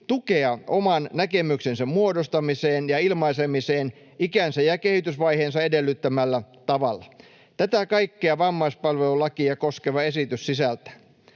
tukea oman näkemyksensä muodostamiseen ja ilmaisemiseen ikänsä ja kehitysvaiheensa edellyttämällä tavalla. Tätä kaikkea vammaispalvelulakia koskeva esitys sisältää.